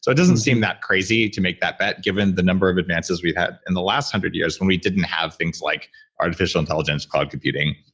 so it doesn't seem that crazy to make that bet given the number of advances we've had in the last one hundred years when we didn't have things like artificial intelligence, cloud computing,